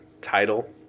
title